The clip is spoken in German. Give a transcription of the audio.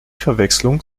verwechslung